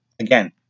again